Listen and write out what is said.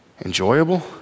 enjoyable